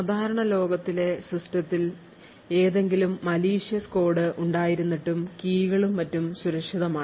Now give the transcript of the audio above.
സാധാരണ ലോകത്തിലെ സിസ്റ്റത്തിൽ ഏതെങ്കിലും malicious കോഡ് ഉണ്ടായിരുന്നിട്ടും കീകളും മറ്റും സുരക്ഷിതമാണ്